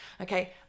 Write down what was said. Okay